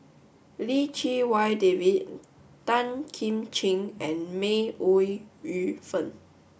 Lim Chee Wai David Tan Kim Ching and May Ooi Yu Fen